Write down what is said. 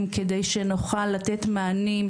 וכמובן, אנחנו נמשיך בתהליך חוק